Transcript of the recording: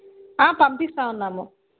పంపిస్తూ ఉన్నాము